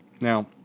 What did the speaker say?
now